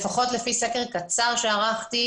לפחות לפי סקר קצר שערכתי,